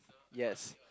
yes